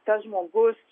tas žmogus